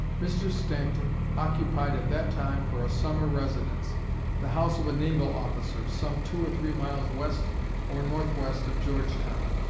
mr. stanton occupied at that time for a summer residence the house of a naval officer, some two or three miles west or northwest of georgetown.